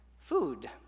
food